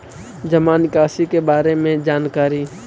जामा निकासी के बारे में जानकारी?